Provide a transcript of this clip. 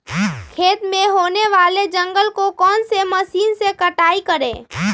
खेत में होने वाले जंगल को कौन से मशीन से कटाई करें?